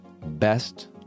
best